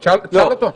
לא.